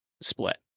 split